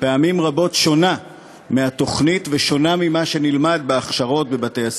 פעמים רבות שונה מהתוכנית ושונה ממה שנלמד בהכשרות בבתי-הספר.